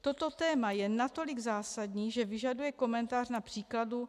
Toto téma je natolik zásadní, že vyžaduje komentář na příkladu.